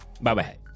Bye-bye